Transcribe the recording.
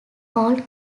old